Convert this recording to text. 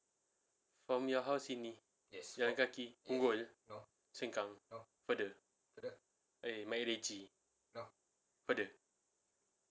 from your house sini jalan kaki punggol sengkang further eh macritchie further